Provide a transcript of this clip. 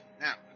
Now